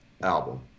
album